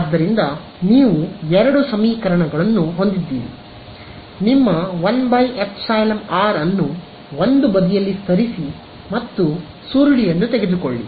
ಆದ್ದರಿಂದ ನೀವು ಎರಡು ಸಮೀಕರಣಗಳನ್ನು ಹೊಂದಿದ್ದೀರಿ ನಿಮ್ಮ 1 ϵr ಅನ್ನು ಒಂದು ಬದಿಯಲ್ಲಿ ಸರಿಸಿ ಮತ್ತು ಸುರುಳಿಯನ್ನು ತೆಗೆದುಕೊಳ್ಳಿ